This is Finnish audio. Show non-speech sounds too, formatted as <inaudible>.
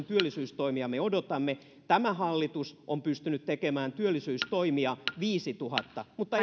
<unintelligible> työllisyystoimia me odotamme tämä hallitus on pystynyt tekemään työllisyystoimia viisituhatta mutta <unintelligible>